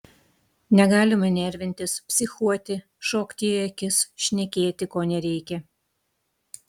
negalima nervintis psichuoti šokti į akis šnekėti ko nereikia